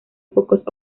pocos